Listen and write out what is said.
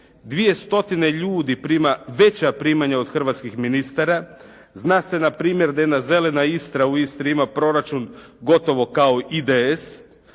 ljudi prima veća primanja od hrvatskih ministara, zna se na primjer da jedna "Zelena Istra" u Istri ima proračun gotovo kao i IDS,